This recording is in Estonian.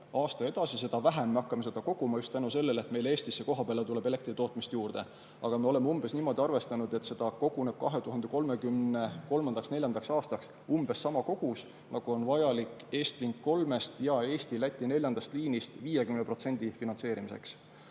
aasta edasi, seda vähem me hakkame seda koguma, just tänu sellele, et meile Eestisse kohapeale tuleb elektri tootmist juurde. Aga me oleme arvestanud umbes niimoodi, et seda koguneb 2033. või 2034. aastaks umbes sama kogus, nagu on vajalik Estlink 3-st ja Eesti-Läti neljandast liinist 50% finantseerimiseks.